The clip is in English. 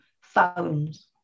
Phones